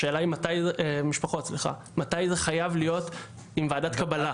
השאלה מתי זה חייב להיות עם ועדת קבלה?